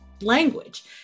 language